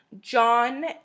John